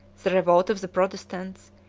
the revolt of the protestants,